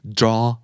draw